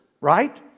right